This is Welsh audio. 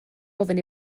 ofyn